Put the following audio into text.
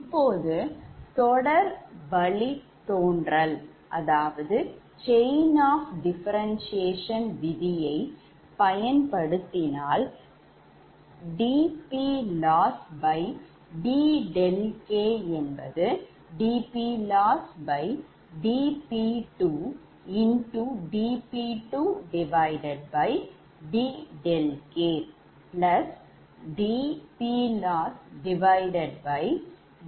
இப்போது தொடற் வழித்தோன்றல் விதியை பயன்படுத்தினால் dPLossdɗkdPLossdP2dP2dɗkdPLossdP3dP3dɗkdPLossdɗk